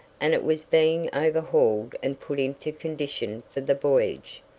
and it was being overhauled and put into condition for the voyage.